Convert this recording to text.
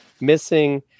missing